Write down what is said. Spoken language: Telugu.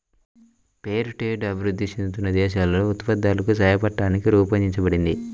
ఫెయిర్ ట్రేడ్ అభివృద్ధి చెందుతున్న దేశాలలో ఉత్పత్తిదారులకు సాయపట్టానికి రూపొందించబడింది